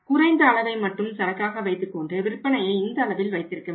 குறைந்த அளவை மட்டும் சரக்காக வைத்துக் கொண்டு விற்பனையை இந்த அளவில் வைத்திருக்க வேண்டும்